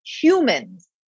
humans